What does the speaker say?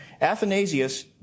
Athanasius